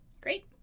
Great